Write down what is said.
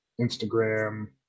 Instagram